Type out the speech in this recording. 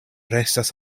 restas